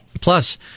Plus